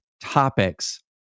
topics